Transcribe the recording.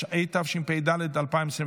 22) )עבודת לילה בתקופת חופשת לימודים רשמית),